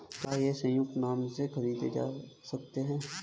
क्या ये संयुक्त नाम से खरीदे जा सकते हैं?